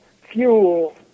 fuel